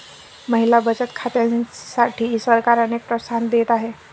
महिला बचत खात्यांसाठी सरकार अनेक प्रोत्साहन देत आहे